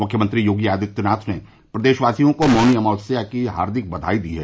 मुख्यमंत्री योगी आदित्यनाथ ने प्रदेशवासियों को मौनी अमावस्या की हार्दिक बधाई दी है